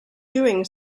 doing